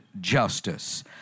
justice